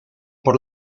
por